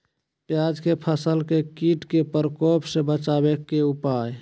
प्याज के फसल के कीट के प्रकोप से बचावे के उपाय?